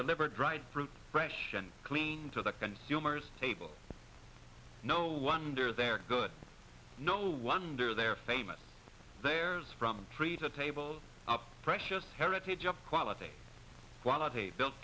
deliver dried fruit fresh and clean to the consumers table no wonder they're good no wonder they're famous there's from tree to table of precious heritage of quality quality built